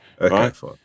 Okay